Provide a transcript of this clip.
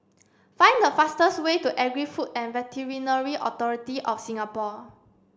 find the fastest way to Agri Food and Veterinary Authority of Singapore